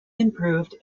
improved